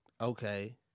Okay